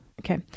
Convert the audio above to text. Okay